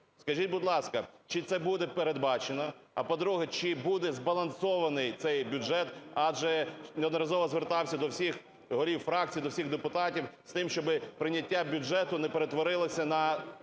Скажіть, будь ласка, чи це буде передбачено? А по-друге, чи буде збалансований цей бюджет, адже неодноразово звертався до всіх голів фракцій, до всіх депутатів з тим, щоби прийняття бюджету не перетворилося на